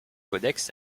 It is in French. codex